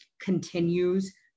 continues